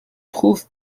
trouve